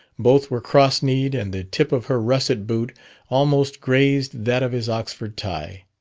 both were cross kneed, and the tip of her russet boot almost grazed that of his oxford tie.